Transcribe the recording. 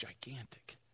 gigantic